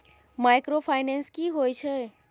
Microfinance की होय छै?